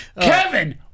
Kevin